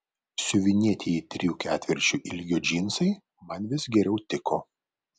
siuvinėtieji trijų ketvirčių ilgio džinsai man vis geriau tiko